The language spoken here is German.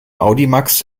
audimax